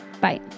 Bye